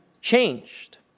changed